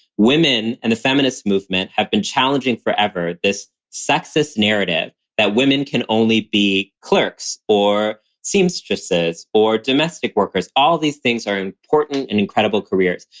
women and the feminist movement have been challenging forever this sexist narrative that women can only be clerks or seamstresses or domestic workers. all these things are important and incredible careers,